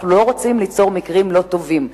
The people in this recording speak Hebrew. אנחנו לא רוצים ליצור מקרים לא טובים,